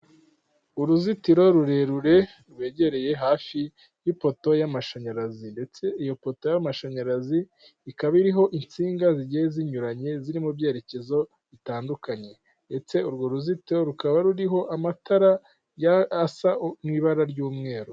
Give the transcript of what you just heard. Uruzitiro rurerure rwegereye hafi y'ipoto y'amashanyarazi ndetse iyopoto y'amashanyarazi ikaba iriho insinga zigiye zinyuranye ziri mu byerekezo bitandukanye ndetse urwo ruzitiro rukaba ruriho amatara asa n'ibara ry'umweru.